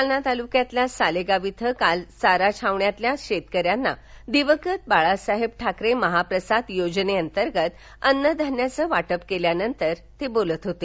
जालना तालुक्यातल्या सालेगाव इथं काल चारा छावणीतल्या शेतकऱ्यांना दिवंगत बाळासाहेब ठाकरे महाप्रसाद योजनेअंतर्गत अन्नधान्याचं वापट केल्यानंतर ते बोलत होते